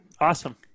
Awesome